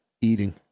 eating